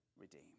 redeem